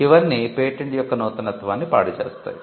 ఇవన్నీ పేటెంట్ యొక్క నూతనత్వాన్ని పాడు చేస్తాయి